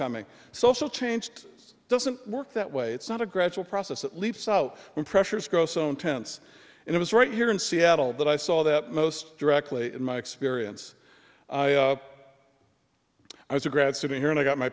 coming social change doesn't work that way it's not a gradual process that leaps out when pressures grow so intense and it was right here in seattle that i saw that most directly in my experience i was a grad student here and i got my